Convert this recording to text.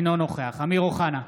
אינו נוכח אמיר אוחנה,